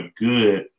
good